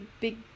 big